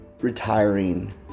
retiring